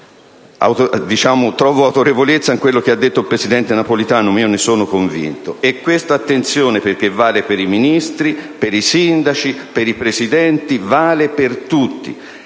trovo autorevolezza in quel che ha detto il presidente Napolitano, ma ne sono convinto. E vale per i ministri, per i sindaci, per i presidenti: vale per tutti.